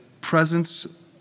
presence